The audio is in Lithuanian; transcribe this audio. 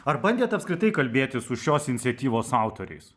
ar bandėt apskritai kalbėtis su šios iniciatyvos autoriais